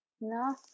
No